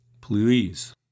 Please